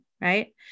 right